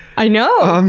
i know! um